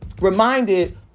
reminded